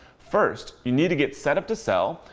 first, you need to get set up to sell.